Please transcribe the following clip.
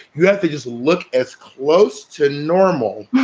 you have to just look as close to normal